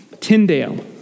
Tyndale